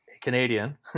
Canadian